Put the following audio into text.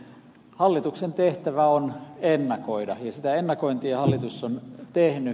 hallituksen tehtävä on ennakoida ja sitä ennakointia hallitus on tehnyt